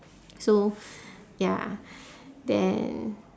so ya then